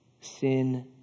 sin